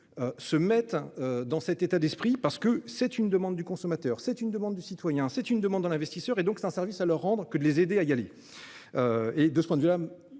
Se mettent dans cet état d'esprit parce que c'est une demande du consommateur, c'est une demande du citoyen, c'est une demande dans l'investisseur et donc c'est un service à leur rendre que de les aider à y aller. Et de ce point de vue là